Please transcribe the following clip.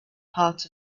part